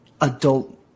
adult